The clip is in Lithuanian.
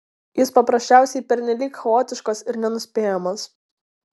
jis paprasčiausiai pernelyg chaotiškas ir nenuspėjamas